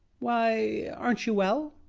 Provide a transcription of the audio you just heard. why aren't you well?